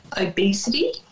obesity